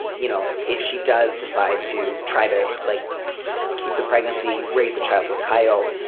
you know, if she does decide to try to like keep the pregnancy, raise a child with kyle.